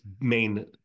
main